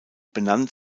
benannt